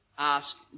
Ask